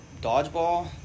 dodgeball